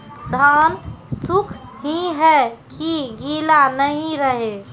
धान सुख ही है की गीला नहीं रहे?